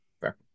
Fair